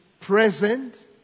present